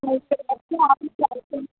మరి ఇక్కడికి వచ్చి ఆఫీస్లో అడుగుతున్నారు